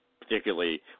Particularly